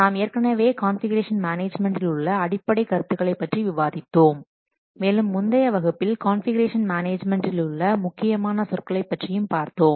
நாம் ஏற்கனவே கான்ஃபிகுரேஷன் மேனேஜ்மென்டில் உள்ள அடிப்படையான கருத்துக்களை பற்றி விவாதித்தோம் மேலும் முந்தைய வகுப்பில் கான்ஃபிகுரேஷன் மேனேஜ்மென்டில் உள்ள முக்கியமான சொற்களை பற்றியும் பார்த்தோம்